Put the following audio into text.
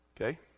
Okay